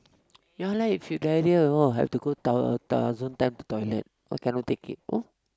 ya lah if you diarrhoea all have to go toilet cause cannot take it